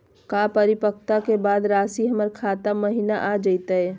का परिपक्वता के बाद रासी हमर खाता महिना आ जइतई?